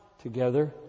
together